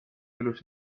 elus